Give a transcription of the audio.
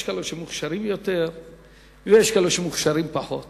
יש כאלה שמוכשרים יותר ויש כאלה שמוכשרים פחות,